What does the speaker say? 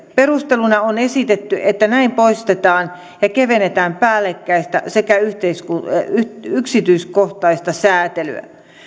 perusteluna on esitetty että näin poistetaan ja kevennetään päällekkäistä sekä yksityiskohtaista säätelyä